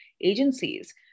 agencies